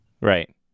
Right